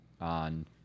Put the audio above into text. on